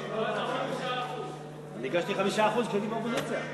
5% אני ביקשתי 5% כשהייתי באופוזיציה.